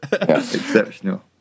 Exceptional